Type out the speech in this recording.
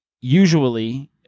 usually